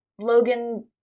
Logan